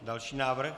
Další návrh.